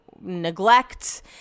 neglect